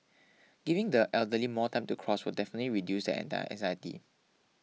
giving the elderly more time to cross will definitely reduce anti anxiety